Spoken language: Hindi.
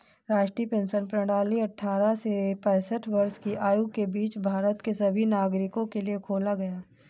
राष्ट्रीय पेंशन प्रणाली अट्ठारह से पेंसठ वर्ष की आयु के बीच भारत के सभी नागरिकों के लिए खोला गया